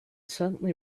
certainly